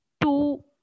two